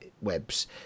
webs